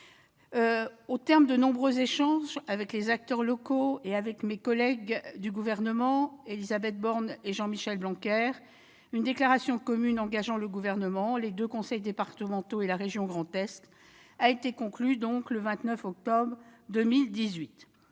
Au terme de nombreux échanges avec les acteurs locaux et avec mes collègues du Gouvernement Élisabeth Borne et Jean-Michel Blanquer, une déclaration commune engageant le Gouvernement, les deux conseils départementaux ainsi que la région Grand Est a été signée le 29 octobre 2018.